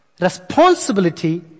responsibility